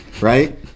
right